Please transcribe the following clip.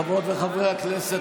חברות וחברי הכנסת,